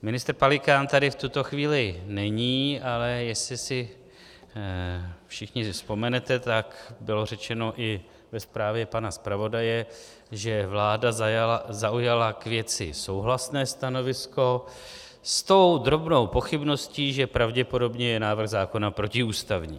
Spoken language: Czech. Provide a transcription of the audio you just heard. Ministr Pelikán tady v tuto chvíli není, ale jestli si všichni vzpomenete, tak bylo řečeno i ve zprávě pana zpravodaje, že vláda zaujala k věci souhlasné stanovisko s tou drobnou pochybností, že pravděpodobně je návrh zákona protiústavní.